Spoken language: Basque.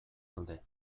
alde